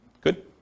Good